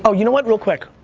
ah you know what, real quick,